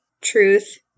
Truth